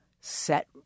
set